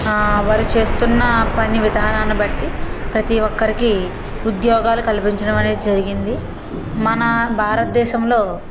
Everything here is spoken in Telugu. వారు చేస్తున్న పని విధానాన్ని బట్టి ప్రతీ ఒక్కరికి ఉద్యోగాలు కల్పించడమనేది జరిగింది మన భారతదేశంలో